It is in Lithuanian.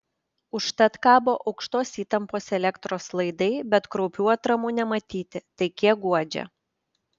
užtat kabo aukštos įtampos elektros laidai bet kraupių atramų nematyti tai kiek guodžia